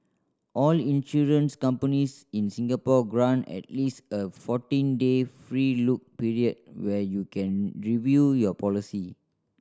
all insurance companies in Singapore grant at least a fourteen day free look period where you can review your policy